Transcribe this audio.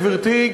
גברתי,